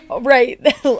right